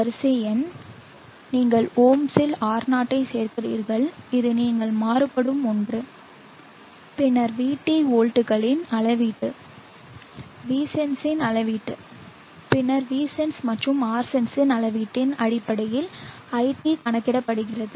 வரிசை எண் நீங்கள் ஓம்ஸில் R0 ஐ சேர்க்கிறீர்கள் இது நீங்கள் மாறுபடும் ஒன்று பின்னர் VT வோல்ட்டுகளின் அளவீட்டு Vsense இன் அளவீட்டு பின்னர் Vsense மற்றும் Rsense இன் அளவீட்டின் அடிப்படையில் iT கணக்கிடப்படுகிறது